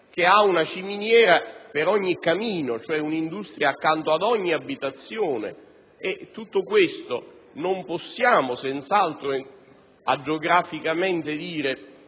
con una ciminiera per ogni camino, cioè un'industria accanto ad ogni abitazione. E tutto questo non possiamo agiograficamente dire